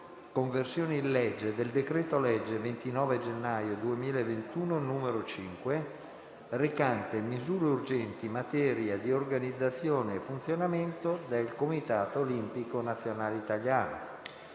«Conversione in legge del decreto-legge 29 gennaio 2021, n. 5, recante misure urgenti in materia di organizzazione e funzionamento del Comitato olimpico nazionale italiano